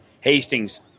Hastings